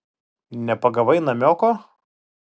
nepagavai namioko